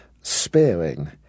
sparing